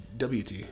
WT